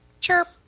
Chirp